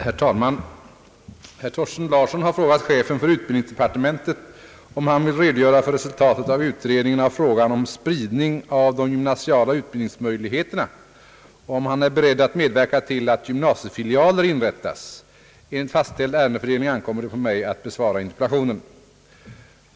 Herr talman! Herr Thorsten Larsson har frågat chefen för utbildningsdepartementet om han vill redogöra för resultatet av utredningen av frågan om spridning av de gymnasiala utbildningsmöjligheterna och om han är beredd att medverka till att gymnasiefilialer inrättas. Enligt fastställd ärendefördelning ankommer det på mig att besvara interpellationen.